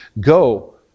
go